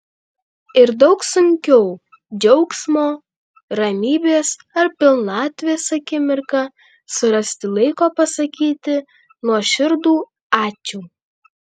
ir daug sunkiau džiaugsmo ramybės ar pilnatvės akimirką surasti laiko pasakyti nuoširdų ačiū